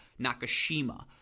Nakashima